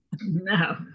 no